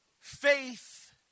faith